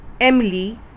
Emily